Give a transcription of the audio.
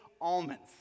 almonds